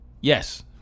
yes